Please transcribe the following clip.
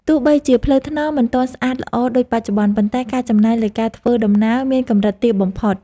ទោះបីជាផ្លូវថ្នល់មិនទាន់ស្អាតល្អដូចបច្ចុប្បន្ន ប៉ុន្តែការចំណាយលើការធ្វើដំណើរមានកម្រិតទាបបំផុត។